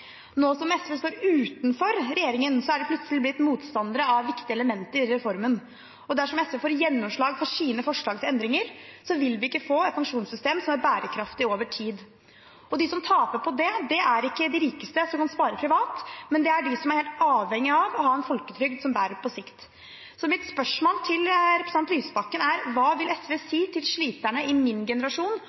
Nå som SV står utenfor regjeringen, er de plutselig blitt motstandere av viktige elementer i reformen. Dersom SV får gjennomslag for sine forslag til endringer, vil vi ikke få et pensjonssystem som er bærekraftig over tid. De som taper på det, er ikke de rikeste, som kan spare privat, men de som er helt avhengig av å ha en folketrygd som bærer på sikt. Mitt spørsmål til representanten Lysbakken er: Hva vil SV si til sliterne i min generasjon